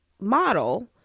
model